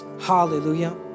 hallelujah